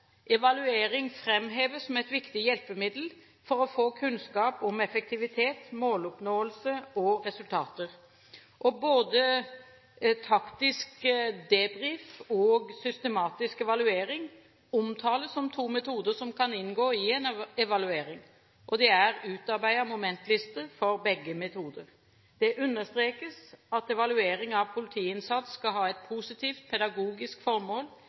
Evaluering framheves som et viktig hjelpemiddel for å få kunnskap om effektivitet, måloppnåelse og resultater. Både taktisk debrifing og systematisk evaluering omtales som to metoder som kan inngå i en evaluering, og det er utarbeidet momentlister for begge metoder. Det understrekes at evaluering av politiinnsats skal ha et positivt pedagogisk formål,